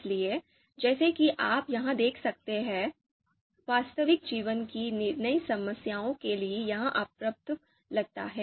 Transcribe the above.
इसलिए जैसा कि आप यहां देख सकते हैं वास्तविक जीवन की निर्णय समस्याओं के लिए यह अपर्याप्त लगता है